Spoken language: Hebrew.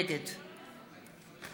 נגד